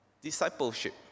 discipleship